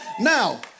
Now